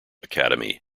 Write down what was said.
academy